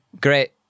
Great